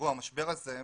המשבר הזה,